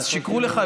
אז שיקרו לך,